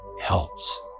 helps